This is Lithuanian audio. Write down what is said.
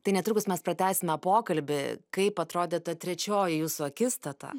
tai netrukus mes pratęsime pokalbį kaip atrodė ta trečioji jūsų akistata